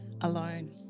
alone